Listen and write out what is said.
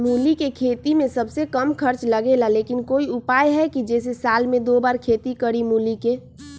मूली के खेती में सबसे कम खर्च लगेला लेकिन कोई उपाय है कि जेसे साल में दो बार खेती करी मूली के?